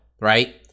right